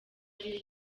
ariyo